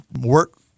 work